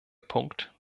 punkt